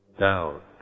doubt